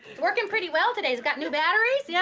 working pretty well today. it's got new batteries. yeah,